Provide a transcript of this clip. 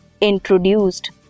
introduced